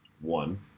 One